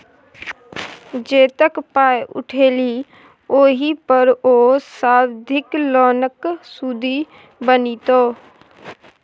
जतेक पाय उठेलही ओहि पर ओ सावधि लोनक सुदि बनितौ